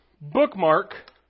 bookmark